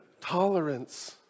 tolerance